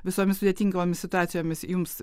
visomis sudėtingomis situacijomis jums